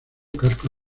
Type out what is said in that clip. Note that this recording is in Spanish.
casco